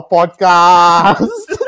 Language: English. Podcast